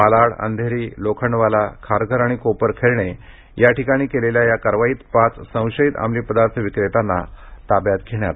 मालाड अंधेरी लोखंडवाला खारघर आणि कोपरखैरणे या ठिकाणी केलेल्या या कारवाईत पाच संशयीत अंमलीपदार्थ विक्रेत्यांना ताब्यात घेण्यात आलं आहे